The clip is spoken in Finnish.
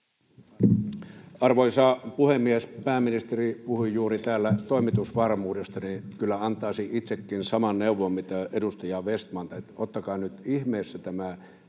Arvoisa puhemies! Kun pääministeri puhui juuri täällä toimitusvarmuudesta, niin kyllä antaisin itsekin saman neuvon kuin edustaja Vestman, että ottakaa nyt ihmeessä tämä